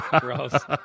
Gross